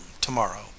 to-morrow